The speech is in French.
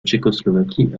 tchécoslovaquie